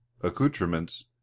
accoutrements